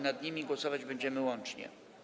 Nad nimi głosować będziemy łącznie.